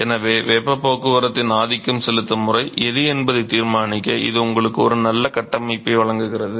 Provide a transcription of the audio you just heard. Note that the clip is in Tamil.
எனவே வெப்பப் போக்குவரத்தின் ஆதிக்கம் செலுத்தும் முறை எது என்பதை தீர்மானிக்க இது உங்களுக்கு ஒரு நல்ல கட்டமைப்பை வழங்குகிறது